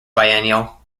biennial